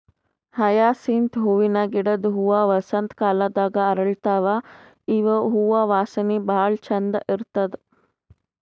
hyacinth ಹೂವಿನ ಗಿಡದ್ ಹೂವಾ ವಸಂತ್ ಕಾಲದಾಗ್ ಅರಳತಾವ್ ಇವ್ ಹೂವಾ ವಾಸನಿ ಭಾಳ್ ಛಂದ್ ಇರ್ತದ್